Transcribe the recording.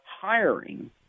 hiring